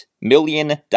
million